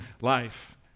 life